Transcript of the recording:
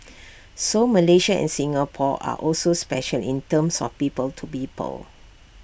so Malaysia and Singapore are also special in terms of people to people